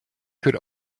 could